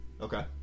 Okay